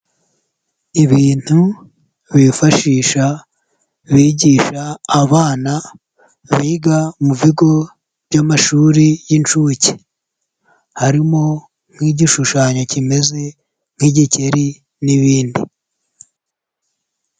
Ibintu bifashisha bigisha abana biga mu bigo by'amashuri y'inshuke, harimo nk'igishushanyo kimeze nk'igikeri n'ibindi.